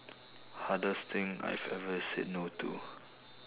hardest thing I've ever said no to